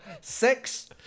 Six